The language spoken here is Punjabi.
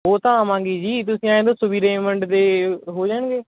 ਉਹ ਤਾਂ ਆਵਾਂਗੇ ਜੀ ਤੁਸੀਂ ਐਂ ਦੱਸੋ ਵੀ ਰੇਮੰਡ ਦੇ ਹੋ ਜਾਣਗੇ